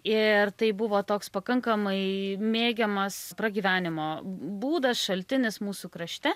ir tai buvo toks pakankamai mėgiamas pragyvenimo būdas šaltinis mūsų krašte